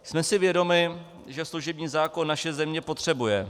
Jsme si vědomi, že služební zákon naše země potřebuje.